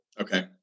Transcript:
Okay